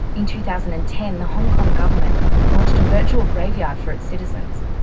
in two thousand and ten, the hong kong government launched a virtual graveyard for its citizens.